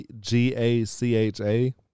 G-A-C-H-A